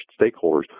stakeholders –